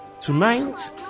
Tonight